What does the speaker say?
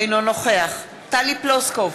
אינו נוכח טלי פלוסקוב,